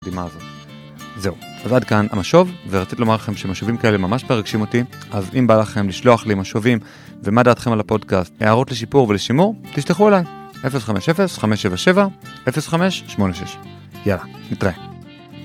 זהו, אז עד כאן המשוב, ורציתי לומר לכם שמשובים כאלה ממש מרגשים אותי, אז אם בא לכם לשלוח לי משובים ומה דעתכם על הפודקאסט, הערות לשיפור ולשימור, תשלחו אליי, 050-577-0586. יאללה, נתראה.